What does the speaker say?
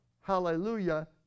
hallelujah